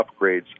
upgrades